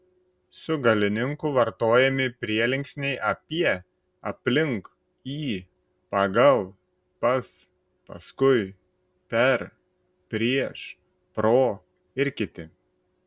su galininku vartojami prielinksniai apie aplink į pagal pas paskui per prieš pro ir kiti